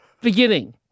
beginning